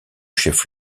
chef